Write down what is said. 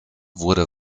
wurde